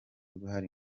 uruhare